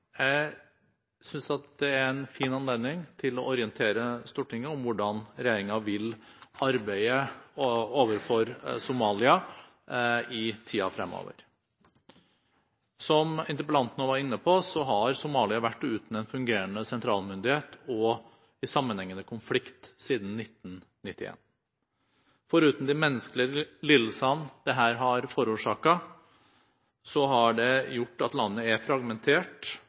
fremover. Som interpellanten også var inne på, har Somalia vært uten en fungerende sentralmyndighet og i sammenhengende konflikt siden 1991. Foruten de menneskelige lidelsene dette har forårsaket, har det gjort at landet er fragmentert